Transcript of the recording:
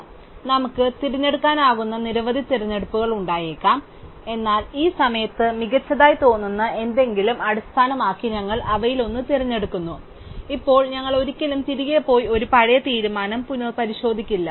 അതിനാൽ നമുക്ക് തിരഞ്ഞെടുക്കാനാകുന്ന നിരവധി തിരഞ്ഞെടുപ്പുകൾ ഉണ്ടായേക്കാം എന്നാൽ ഈ സമയത്ത് മികച്ചതായി തോന്നുന്ന എന്തെങ്കിലും അടിസ്ഥാനമാക്കി ഞങ്ങൾ അവയിലൊന്ന് തിരഞ്ഞെടുക്കുന്നു ഇപ്പോൾ ഞങ്ങൾ ഒരിക്കലും തിരികെ പോയി ഒരു പഴയ തീരുമാനം പുനപരിശോധിക്കില്ല